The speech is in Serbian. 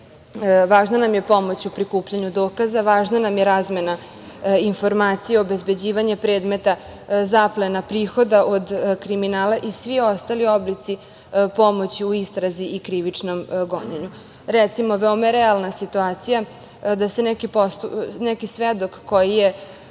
važna nam je pomoć u prikupljanju dokaza, važna nam je razmena informacija, obezbeđivanja predmeta, zaplena prihoda od kriminala i svi ostali oblici pomoći u istrazi i krivičnom gonjenju. Recimo, veoma je realna situacija da se neki svedok koji je